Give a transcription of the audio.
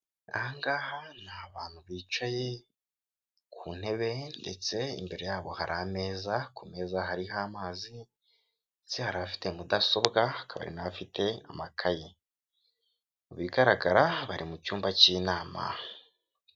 Aha ni abantu bicaye ku ntebe ndetse imbere yabo hari ameza, ku meza hariho amazi ndetse hari n'abafite mudasobwa hakaba n'abafite amakayi. Mu bigaragara bari mu cyumba k'inama.